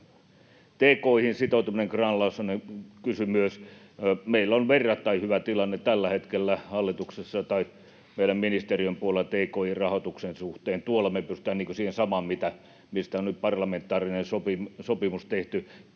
Tki:hin sitoutumisesta Grahn-Laasonen kysyi myös. Meillä on verrattain hyvä tilanne tällä hetkellä meidän ministeriön puolella tki-rahoituksen suhteen. Tuolla me pystytään siihen samaan, mistä on nyt parlamentaarinen sopimus tehty,